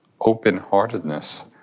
open-heartedness